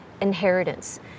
inheritance